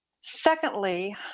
Secondly